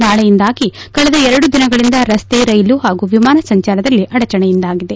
ಮಳೆಯಿಂದಾಗಿ ಕಳೆದ ಎರಡು ದಿನಗಳಿಂದ ರಸ್ತೆ ರೈಲು ಹಾಗೂ ವಿಮಾನ ಸಂಚಾರದಲ್ಲಿ ಆಡೆಚಣೆಯಾಗಿದೆ